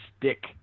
stick